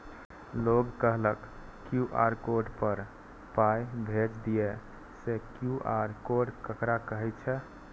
लोग कहलक QR code पर पाय भेज दियौ से क्यू.आर कोड ककरा कहै छै?